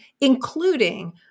including